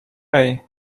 hey